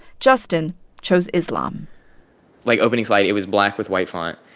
justin chose islam like, opening slide it was black with white font.